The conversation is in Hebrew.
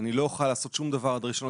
אני לא אוכל לעשות שום דבר עד ה-1 בספטמבר,